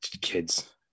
kids